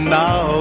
now